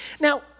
Now